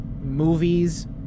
movies